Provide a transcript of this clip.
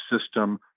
system